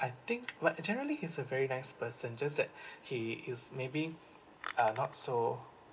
I think what generally he's a very nice person just that he is maybe uh not so